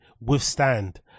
withstand